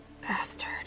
Bastard